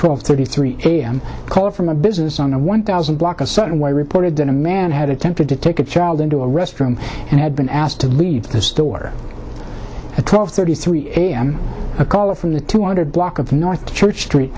twelve thirty three a m call from a business on a one thousand block a certain way reported that a man had attempted to take a child into a restroom and had been asked to leave the store at twelve thirty three am a caller from the two hundred block of north church street